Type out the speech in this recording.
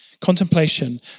Contemplation